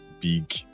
big